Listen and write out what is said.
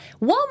Walmart